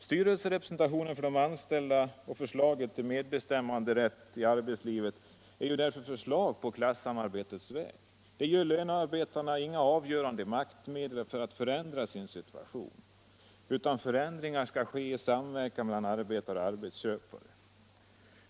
Styrelserepresentationen för de anställda och förslaget till medbestämmanderätt i arbetslivet är förslag på klasssamarbetets väg och ger inte lönearbetarna några avgörande maktmedel att förändra sin situation, utan förändringarna skall bara genomföras i samverkan mellan arbetare och arbetsköpare.